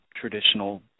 traditional